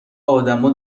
ادما